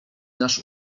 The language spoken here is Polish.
nasz